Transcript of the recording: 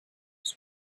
was